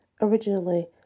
originally